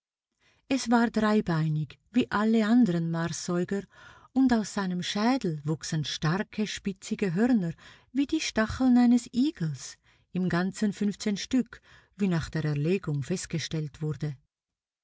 es war dreibeinig wie alle anderen marssäuger und aus seinem schädel wuchsen starke spitzige hörner wie die stacheln eines igels im ganzen stück wie nach der erlegung festgestellt wurde